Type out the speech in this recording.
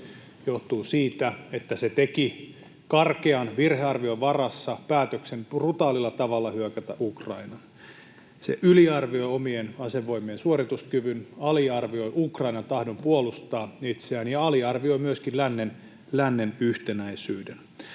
johtuu siitä, että se teki karkean virhearvion varassa päätöksen brutaalilla tavalla hyökätä Ukrainaan. Se yliarvioi omien asevoimiensa suorituskyvyn, aliarvioi Ukrainan tahdon puolustaa itseään ja aliarvioi myöskin lännen yhtenäisyyden.